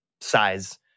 size